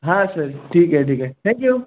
हां सर ठीक आहे ठीक आहे थँक्यू